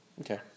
Okay